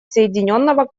соединенного